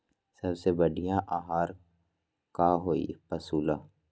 सबसे बढ़िया आहार का होई पशु ला?